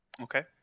Okay